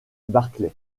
barclay